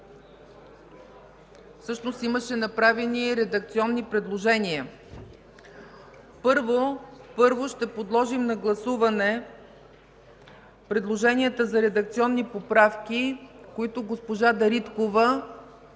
Имаше направени редакционни предложения. Първо ще подложим на гласуване предложенията за редакционни поправки, които госпожа Дариткова